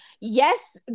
Yes